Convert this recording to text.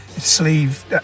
Sleeve